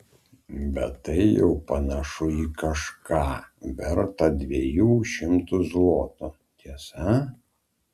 bet tai jau panašu į kažką vertą dviejų šimtų zlotų tiesa